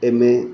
M A